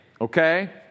okay